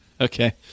Okay